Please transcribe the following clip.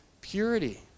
purity